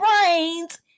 brains